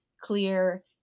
clear